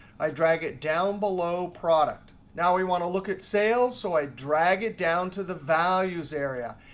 i drag it down below product. now we want to look at sales, so i drag it down to the values area.